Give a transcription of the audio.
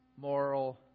moral